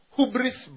Hubris